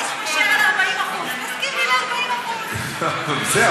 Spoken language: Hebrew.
בוא נתפשר על 40%. נסכים על 40%. זהו,